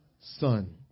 son